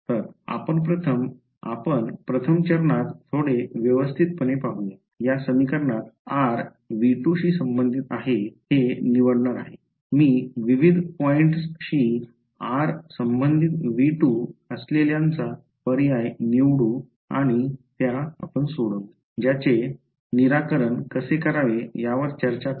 तर आपण प्रथम चरणात थोडे व्यवस्थितपणे पाहू या या समीकरणात r V2 शी संबंधीत आहे हे निवडणार आहे मी विविध पॉईंटशी r संबंधित V2 असलेल्यांचा पर्याय निवडू आणि त्या सोडवू ज्याचे निराकरण कसे करावे यावर चर्चा करू